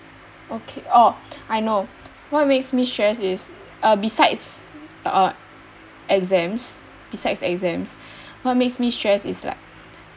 okay oh I know what make me stressed is uh besides uh exams besides exams what make me stressed is like